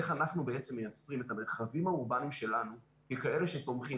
איך אנחנו בעצם מייצרים את המרחבים האורבאניים שלנו ככאלה שתומכים,